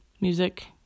music